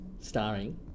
Starring